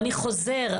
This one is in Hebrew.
אני חוזר,